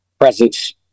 presence